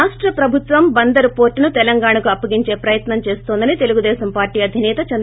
రాష్ట ప్రభుత్వం బందరు పోర్టును తెలంగాణకు అప్పగించే ప్రయత్పం చేస్తోందని తెలుగుదేశం పార్టీ అధిసేత ది